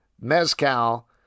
Mezcal